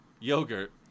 Yogurt